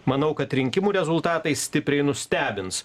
manau kad rinkimų rezultatai stipriai nustebins